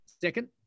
Second